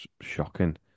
shocking